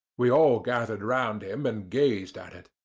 we all gathered round him and gazed at it.